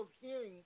hearing